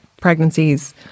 pregnancies